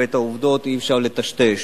ואת העובדות אי-אפשר לטשטש.